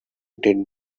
did